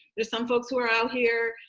there's some folks who are out here,